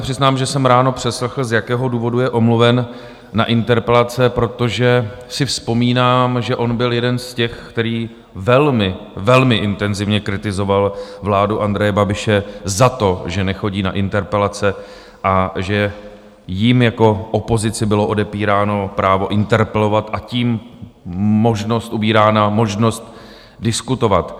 Přiznám se, že jsem ráno přeslechl, z jakého důvodu je omluven na interpelace, protože si vzpomínám, že on byl jeden z těch, který velmi, velmi intenzivně kritizoval vládu Andreje Babiše za to, že nechodí na interpelace a že jim jako opozici bylo odepíráno právo interpelovat, a tím ubírána možnost diskutovat.